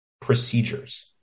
procedures